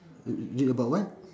uh uh about what